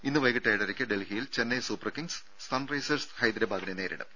ഇന്ന് വൈകീട്ട് ഏഴരയ്ക്ക് ഡൽഹിയിൽ Chennai Super Kings Sunrisers ഹൈദരാബാദിനെ നേരിടും